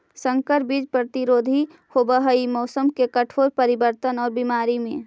संकर बीज प्रतिरोधी होव हई मौसम के कठोर परिवर्तन और बीमारी में